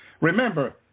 Remember